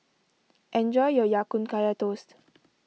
enjoy your Ya Kun Kaya Toast